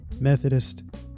Methodist